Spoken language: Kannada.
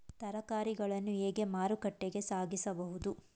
ತರಕಾರಿಗಳನ್ನು ಹೇಗೆ ಮಾರುಕಟ್ಟೆಗೆ ಸಾಗಿಸಬಹುದು?